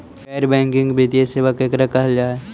गैर बैंकिंग वित्तीय सेबा केकरा कहल जा है?